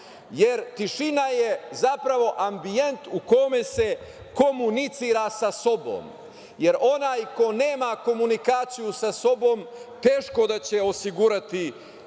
jer tišina je zapravo ambijent u kome se komunicira sa sobom, jer onaj ko nema komunikaciju sa sobom teško da će osigurati